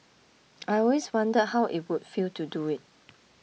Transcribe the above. I always wondered how it would feel to do it